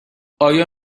آیا